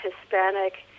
Hispanic